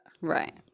right